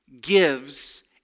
gives